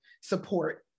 support